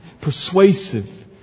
persuasive